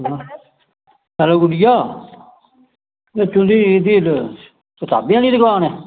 hello गुड़िया ओह् तुंदी कताबें आह्ली दुकान ऐ